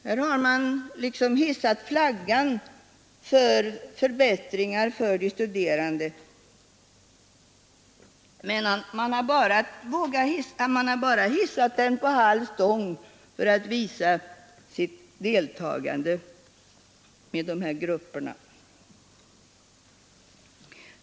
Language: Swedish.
Här har man hissat flaggan för förbättringar för de studerande, men man har bara vågat hissa den på halv stång för att visa sitt deltagande med dessa grupper.